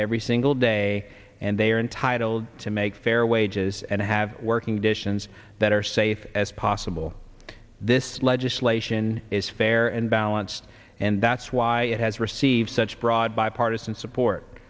every single day and they are entitled to make fair wages and have working editions that are safe as possible this legislation is fair and balanced and that's why it has received such broad bipartisan support